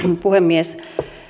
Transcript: puhemies